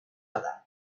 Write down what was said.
other